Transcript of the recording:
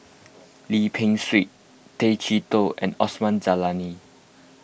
Lim Peng Siang Tay Chee Toh and Osman Zailani